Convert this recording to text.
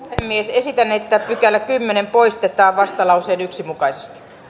esitän että kymmenes pykälä poistetaan vastalauseen yksi mukaisesti